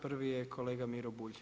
Prvi je kolega Miro Bulj.